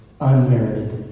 unmerited